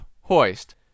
hoist